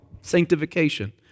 sanctification